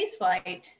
spaceflight